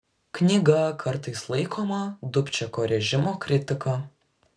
knyga kartais laikoma dubčeko režimo kritika